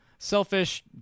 Selfish